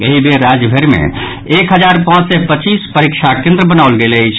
एहि बेर राज्य भरि मे एक हजार पांच सय पच्चीस परीक्षा केन्द्र बनाओल गेल अछि